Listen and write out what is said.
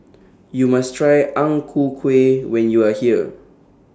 YOU must Try Ang Ku Kueh when YOU Are here